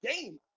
game